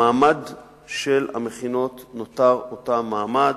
המעמד של המכינות נותר אותו מעמד.